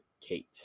Kate